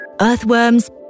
Earthworms